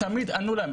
תמיד ענו להם,